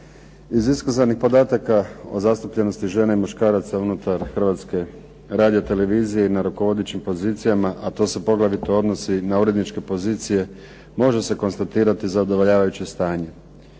Iz iskazanih podataka o zastupljenosti žena i muškaraca unutar Hrvatske radio-televizije i na rukovodećim pozicijama, a to se poglavito odnosi na uredničke pozicije, može se konstatirati zadovoljavajuće stanje.